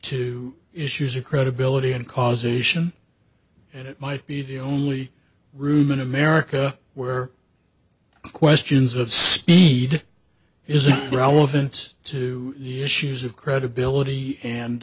to issues of credibility and causation and it might be the only room in america where questions of speed is of relevance to yes use of credibility and